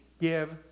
give